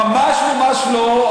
ממש ממש לא.